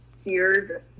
seared